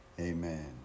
Amen